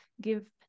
give